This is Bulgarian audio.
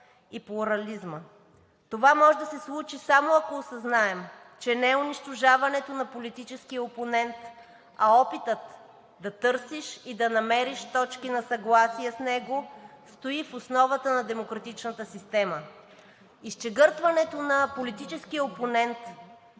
и плурализма. Това може да се случи само ако осъзнаем, че не унищожаването на политическия опонент, а опитът да търсиш и да намериш точки на съгласие с него стои в основата на демократичната система. „Изчегъртването“ на политическия опонент